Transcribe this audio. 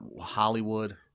Hollywood